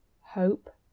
hope